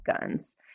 guns